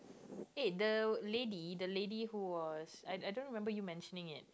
eh the lady the lady who was I I don't remember you mentioning it